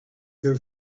their